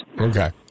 Okay